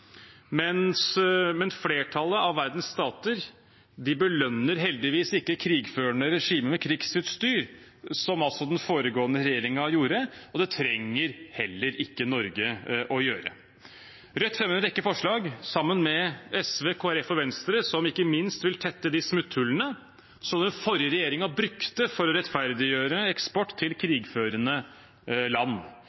Men flertallet av verdens stater belønner heldigvis ikke krigførende regimer med krigsutstyr, som altså den foregående regjeringen gjorde, og det trenger heller ikke Norge å gjøre. Rødt fremmer en rekke forslag, sammen med SV, Kristelig Folkeparti og Venstre, som ikke minst vil tette de smutthullene som den forrige regjeringen brukte for å rettferdiggjøre eksport til